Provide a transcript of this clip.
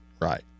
Right